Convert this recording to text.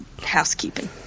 Housekeeping